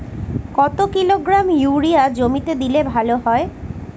কত kilogram urea জমিতে দিলে ভালো হয়?